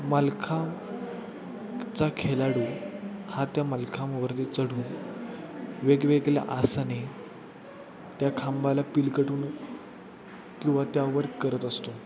मलखांबाचा खेळाडू हा त्या मालखांबावरती चढून वेगवेगळी आसाने त्या खांबाला पीलवटून किंवा त्यावर करत असतो